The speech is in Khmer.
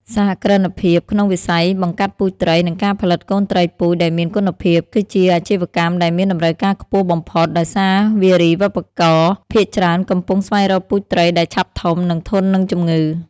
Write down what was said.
សហគ្រិនភាពក្នុងវិស័យបង្កាត់ពូជត្រី និងការផលិតកូនត្រីពូជដែលមានគុណភាព គឺជាអាជីវកម្មដែលមានតម្រូវការខ្ពស់បំផុត ដោយសារវារីវប្បករភាគច្រើនកំពុងស្វែងរកពូជត្រីដែលឆាប់ធំ និងធន់នឹងជំងឺ។